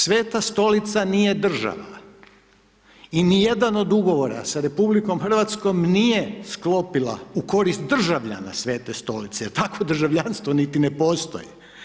Sveta Stolica nije država i ni jedan od ugovora sa RH nije sklopila u korist državljana Svete Stolice, jer takvo državljanstvo niti ne postoji.